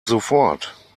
sofort